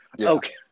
okay